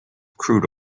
crude